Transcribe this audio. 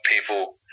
people